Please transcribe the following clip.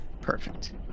Perfect